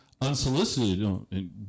unsolicited